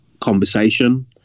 conversation